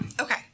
Okay